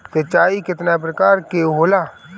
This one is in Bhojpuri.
सिंचाई केतना प्रकार के होला?